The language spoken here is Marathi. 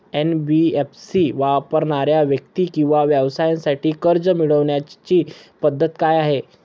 एन.बी.एफ.सी वापरणाऱ्या व्यक्ती किंवा व्यवसायांसाठी कर्ज मिळविण्याची पद्धत काय आहे?